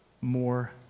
more